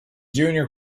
junior